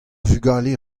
vugale